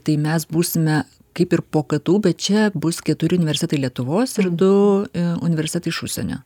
tai mes būsime kaip ir po ktu bet čia bus keturi universitetai lietuvos ir du universitetai iš užsienio